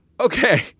Okay